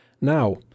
Now